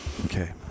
Okay